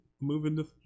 Moving